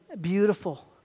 beautiful